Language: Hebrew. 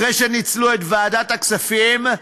אחרי שניצלו את ועדת הכספים,